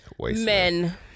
Men